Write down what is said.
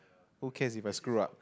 who cares if I screw up